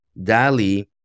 Dali